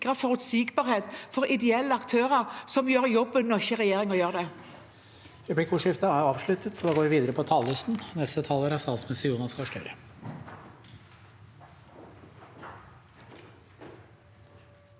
forutsigbarhet for ideelle aktører som gjør jobben – når ikke regjeringen gjør det.